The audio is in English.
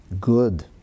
good